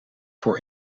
voor